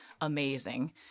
amazing